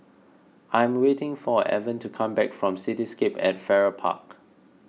I am waiting for Evan to come back from Cityscape at Farrer Park